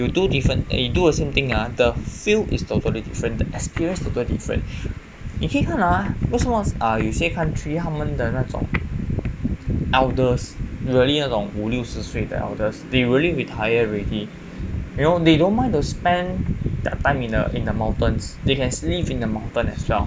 you do different eh you do the same thing ah the feel is totally different the experience totally different 你可以看啊为什么有些 country 他们的那种 elders really 那种五六十岁的 elders they really retire already you know they don't mind to spend that time in the mountains they can live the mountain as well